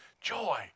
joy